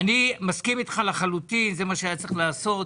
אני מסכים איתך לחלוטין; זה מה שהיה צריך לעשות.